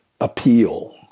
appeal